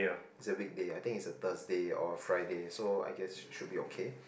is a weekday I think is a Thursday or Friday so I guess should be okay